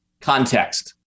context